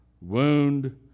wound